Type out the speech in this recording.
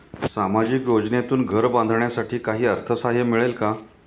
सामाजिक योजनेतून घर बांधण्यासाठी काही अर्थसहाय्य मिळेल का?